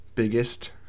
Biggest